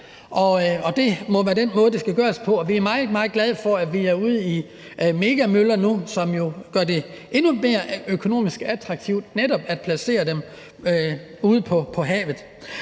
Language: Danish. Det må være den måde, det skal gøres på. Vi er meget, meget glade for, at vi er ude i megamøller nu, hvilket jo gør det endnu mere økonomisk attraktivt netop at placere dem ude på havet.